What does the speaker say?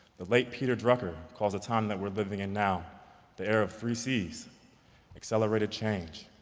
the late peter drucker calls the time that we're living in now the era of three c's accelerated change,